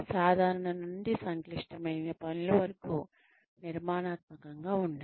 సాధారణ నుండి సంక్లిష్టమైన పనుల వరకు నిర్మాణాత్మకంగా ఉండండి